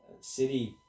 City